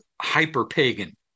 hyper-pagan